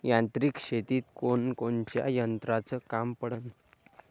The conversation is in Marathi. यांत्रिक शेतीत कोनकोनच्या यंत्राचं काम पडन?